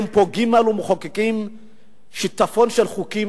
הם פוגעים בנו ומחוקקים שיטפון של חוקים